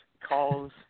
calls